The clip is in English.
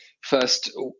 first